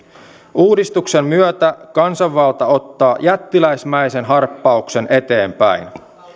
uudistuksen myötä kansanvalta ottaa jättiläismäisen harppauksen eteenpäin